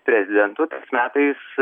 prezidentu tais metais